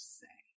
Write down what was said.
say